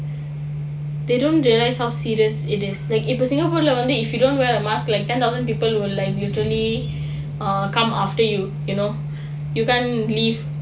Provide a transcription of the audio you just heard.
they don't realise how serious it is like இப்ப:ippa singapore வந்து:vanthu if you don't wear a mask like then other people will like actually come after you you know you can't leave